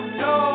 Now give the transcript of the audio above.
no